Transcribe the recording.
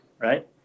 right